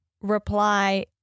reply